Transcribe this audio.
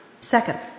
Second